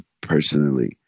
personally